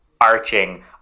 arching